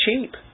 cheap